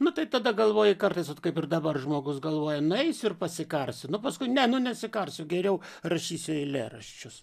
nu tai tada galvoji kartais vat kaip ir dabar žmogus galvoja nueisiu ir pasikarsi nu paskui ne nu nesikarsiu geriau rašysiu eilėraščius